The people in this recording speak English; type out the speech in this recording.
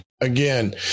Again